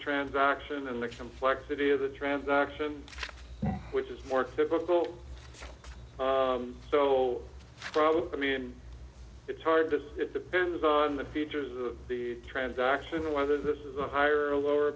transaction and the complexity of the transaction which is more typical so probably means it's hard to say it depends on the features of the transaction whether this is a higher or lower